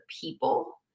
people